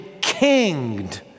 kinged